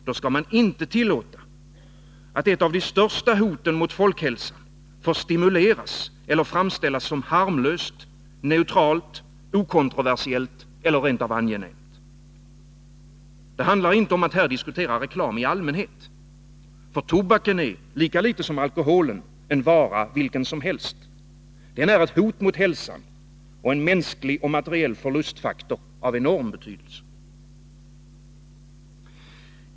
Då skall man inte tillåta att ett av de största hoten mot folkhälsan får stimuleras eller framställas som harmlöst, neutralt, okontroversiellt eller rent av angenämt. Det handlar inte om att här diskutera reklam i allmänhet. Tobaken är, lika litet som alkoholen, en vara vilken som helst. Den är ett hot mot hälsan och en mänsklig och materiell förlustfaktor av enorm betydelse.